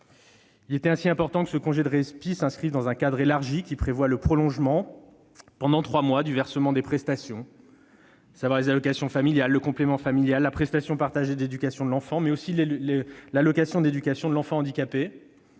il fallait également que ce congé de répit s'inscrive dans un cadre élargi prévoyant le prolongement, pendant trois mois, du versement des prestations : les allocations familiales, le complément familial, la prestation partagée d'éducation de l'enfant, l'allocation d'éducation de l'enfant handicapé